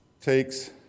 takes